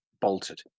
bolted